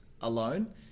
alone